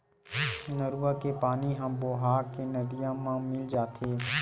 नरूवा के पानी ह बोहा के नदिया मन म मिल जाथे